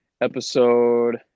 episode